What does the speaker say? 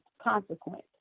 consequence